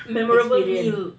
memorable meal